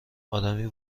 آدمی